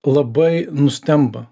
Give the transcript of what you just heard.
labai nustemba